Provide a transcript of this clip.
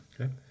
Okay